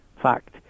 fact